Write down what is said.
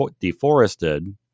deforested